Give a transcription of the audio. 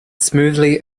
smoothly